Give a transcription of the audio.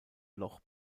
bloch